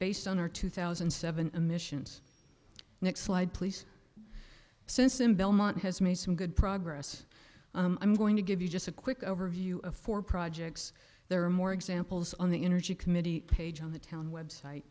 based on our two thousand and seven emissions next slide please since i'm belmont has made some good progress i'm going to give you just a quick overview of four projects there are more examples on the energy committee page on the town website